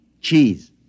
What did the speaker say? Cheese